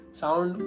sound